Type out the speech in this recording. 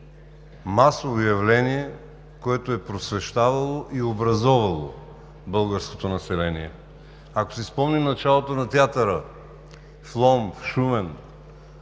масово явление, което е просвещавало и образовало българското население. Ако си спомним началото на театъра в Лом, в Шумен,